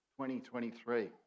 2023